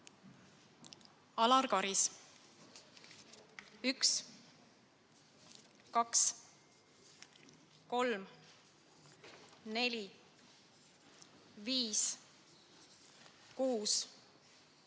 Karis: 1, 2, 3, 4, 5, 6, 7,